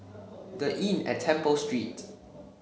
The Inn at Temple Street